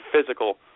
physical